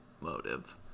motive